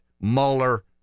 Mueller